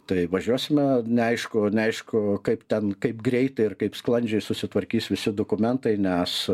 tai važiuosime neaišku neaišku kaip ten kaip greitai ir kaip sklandžiai susitvarkys visi dokumentai nes